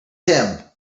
him